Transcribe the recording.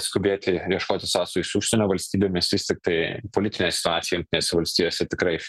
skubėti ieškoti sąsajų su užsienio valstybėmis vis tiktai politinė situacija jungtinėse valstijose tikrai